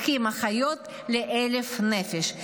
האחים והאחיות לאלף נפש,